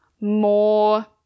more